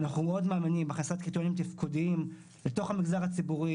אנחנו מאוד מאמינים בהכנסת קריטריונים תפקודיים לתוך המגזר הציבורי.